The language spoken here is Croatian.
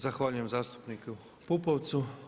Zahvaljujem zastupniku Pupovcu.